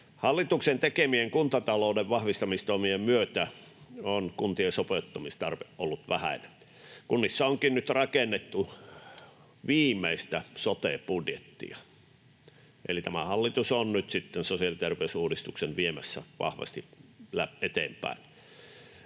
Hallituksen tekemien kuntatalouden vahvistamistoimien myötä on kuntien sopeutumistarve ollut vähäinen. Kunnissa onkin nyt rakennettu viimeistä sote-budjettia. Eli tämä hallitus on nyt sitten sosiaali- ja terveysuudistuksen viemässä vahvasti eteenpäin.